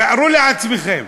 תארו לעצמכם,